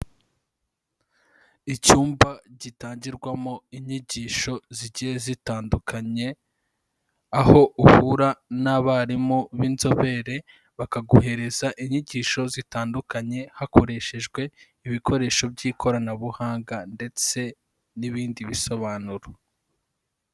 Icyumba gitangirwamo inyigisho zigiye zitandukanye aho uhura n'abarimu b'inzobere, bakaguhereza inyigisho zitandukanye hakoreshejwe ibikoresho by'ikoranabuhanga ndetse n'ibindi bisobanuro.